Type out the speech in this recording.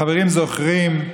החברים זוכרים,